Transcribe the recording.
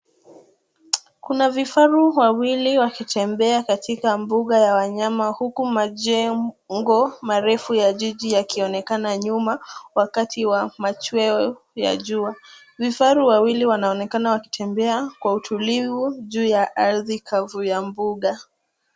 Kuna vifaru wawili wakitembea katika bunga ya wanyama uku majengo marefu ya jiji yakionekana nyuma wakati wa machweo ya jua. Vifaru wawili wanaonekana wakitembea kwa utulivu juu ya ardhi kavu ya bunga.